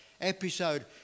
episode